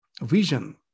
vision